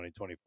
2024